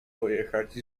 pojechać